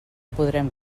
podrem